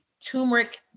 turmeric